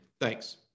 Thanks